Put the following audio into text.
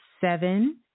seven